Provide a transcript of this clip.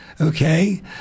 Okay